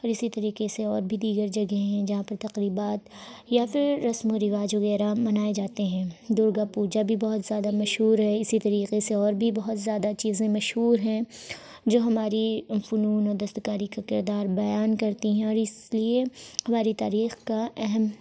اور اسی طریقے سے اور بھی دیگر جگہیں ہیں جہاں پر تقریبات یا پھر رسم و رواج وغیرہ منائے جاتے ہیں درگا پوجا بھی بہت زیادہ مشہور ہے اسی طریقے سے اور بھی بہت زیادہ چیزیں مشہور ہیں جو ہماری فنون و دستکاری کا کردار بیان کرتی ہیں اور اس لیے ہماری تاریخ کا اہم